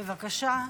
בבקשה.